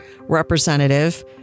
representative